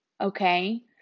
Okay